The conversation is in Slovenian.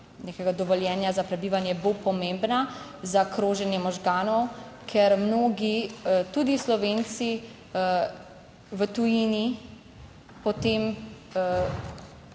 dovoljenja za prebivanje bo pomembna za kroženje možganov, ker mnogi, tudi Slovenci, v tujini potem